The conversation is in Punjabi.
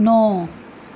ਨੌ